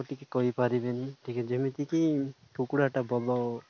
ଟିକେ କହିପାରିବେନି ଟିକେ ଯେମିତିକି କୁକୁଡ଼ାଟା ଭଲ